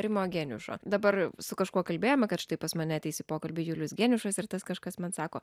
rimo geniušo dabar su kažkuo kalbėjome kad štai pas mane ateis į pokalbį julius geniušas ir tas kažkas man sako